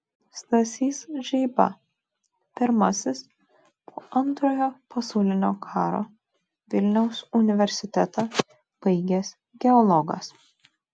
stasys žeiba pirmasis po antrojo pasaulinio karo vilniaus universitetą baigęs geologas